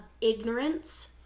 ignorance